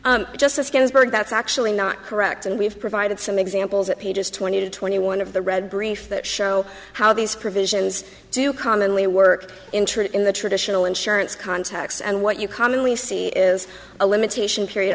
ginsburg that's actually not correct and we've provided some examples at pages twenty to twenty one of the read brief that show how these provisions do commonly work intrude in the traditional insurance contacts and what you commonly see is a limitation period